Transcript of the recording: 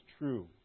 true